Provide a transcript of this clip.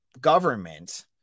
government